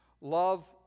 love